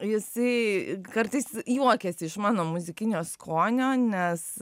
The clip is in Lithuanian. jisai kartais juokiasi iš mano muzikinio skonio nes